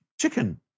chicken